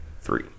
Three